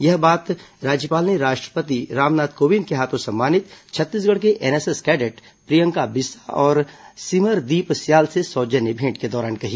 यह बात राज्यपाल ने राष्ट्रपति रामनाथ कोविंद के हाथों सम्मानित छत्तीसगढ़ के एनएसएस कैडेट प्रियंका बिस्सा और सिमरदीप स्याल से सौजन्य भेंट के दौरान कही